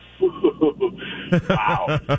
Wow